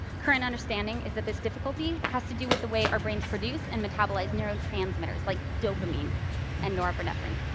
current understanding is that this difficulty has to do with the way our brains produce and metabolize neurotransmitters, like dopamine and norepinephrine.